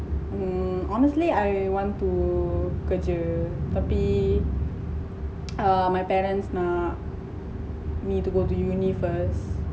hmm honestly I want to kerja tapi err my parents nak me to go to uni first